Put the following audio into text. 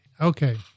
Okay